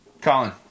Colin